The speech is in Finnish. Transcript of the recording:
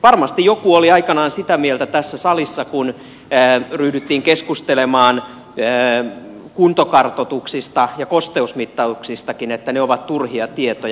varmasti joku oli aikanaan sitä mieltä tässä salissa kun ryhdyttiin keskustelemaan kuntokartoituksista ja kosteusmittauksistakin että ne ovat turhia tietoja